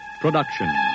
production